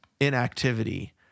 inactivity